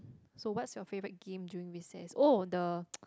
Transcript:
so what's your favourite game during recess oh the